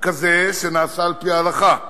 כזה שנעשה על-פי ההלכה,